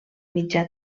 mitjà